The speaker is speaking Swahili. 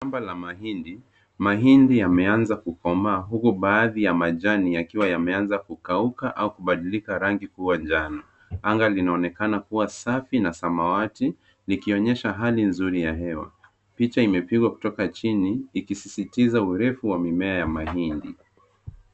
Shamba la mahindi. Mahindi yameanza kukomaa huku baathi ya majani yakiwa yameanza kukauka au kubadilika rangi kuwa njano. Anga linaonekana kuwa safi na samawati likionyesha hali nzuri ya hewa. Picha imepigwa kutoka chini ikisisitiza urefu wa mimea ya mahindi.